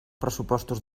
pressupostos